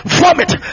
vomit